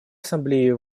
ассамблеи